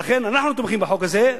ולכן אנחנו תומכים בחוק הזה,